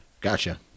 Gotcha